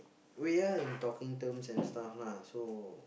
we are in talking terms and stuff lah so